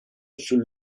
sul